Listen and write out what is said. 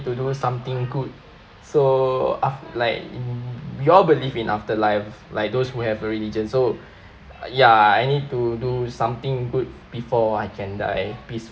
to do something good so af~ like in we all believe in after life like those who have a religion so ya I need to do something good before I can die peace~